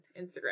Instagram